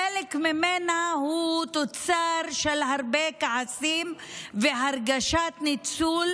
חלק ממנה הוא תוצר של הרבה כעסים והרגשת ניצול,